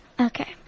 Okay